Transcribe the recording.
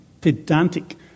pedantic